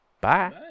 Bye